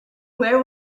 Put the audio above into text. where